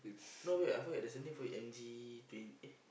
no wait I forget there's a name for it M_G twen~ eh